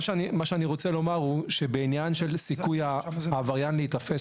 מה שאני רוצה לומר הוא שבעניין של סיכוי העבריין להיתפס,